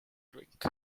drink